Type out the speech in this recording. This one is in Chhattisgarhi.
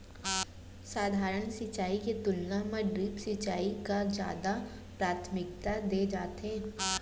सधारन सिंचाई के तुलना मा ड्रिप सिंचाई का जादा प्राथमिकता दे जाथे